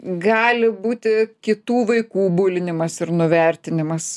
gali būti kitų vaikų bulinimas ir nuvertinimas